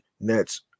nets